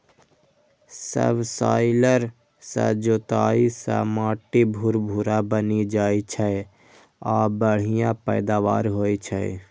subsoiler सं जोताइ सं माटि भुरभुरा बनि जाइ छै आ बढ़िया पैदावार होइ छै